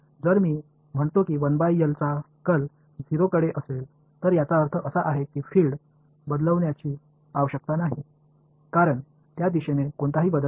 तर जर मी म्हणतो की 1L चा कल 0 कडे असेल तर याचा अर्थ असा आहे की फील्ड बदलण्याची आवश्यकता नाही कारण त्या दिशेने कोणताही बदल नाही